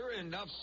enough